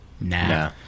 nah